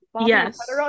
Yes